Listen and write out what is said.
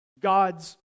God's